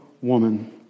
woman